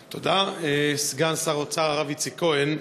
תודה, סגן שר האוצר, הרב איציק כהן.